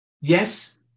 yes